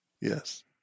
Yes